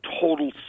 total